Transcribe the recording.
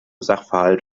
sachverhalt